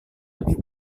lebih